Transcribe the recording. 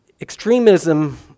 Extremism